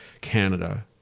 Canada